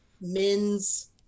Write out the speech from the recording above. men's